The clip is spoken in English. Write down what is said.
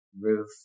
roof